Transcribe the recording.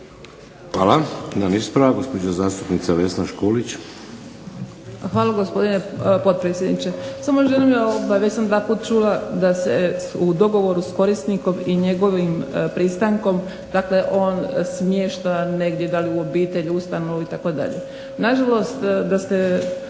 Hvala. Jedan ispravak. Gospođa zastupnica Vesna Škulić. **Škulić, Vesna (SDP)** Hvala gospodine potpredsjedniče. Samo želim, već sam dva put čula da se u dogovoru sa korisnikom i njegovim pristankom, dakle on smješta negdje da li u obitelj, ustanovu itd. Na žalost da ste,